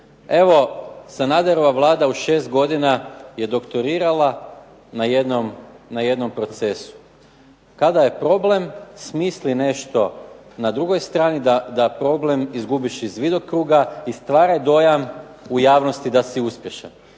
Evo Sanaderova Vlada u šest godina je doktorirala na jednom procesu. Kada je problem smisli nešto na drugoj strani da problem izgubiš iz vidokruga i stvara dojam u javnosti da si uspješan.